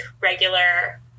regular